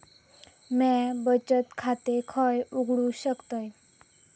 म्या बचत खाते खय उघडू शकतय?